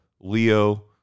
Leo